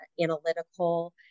analytical